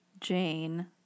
Jane